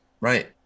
Right